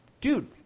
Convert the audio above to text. dude